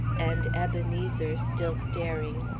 and, ebenezer still staring,